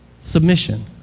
submission